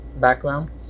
background